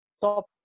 top